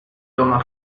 toma